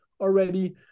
already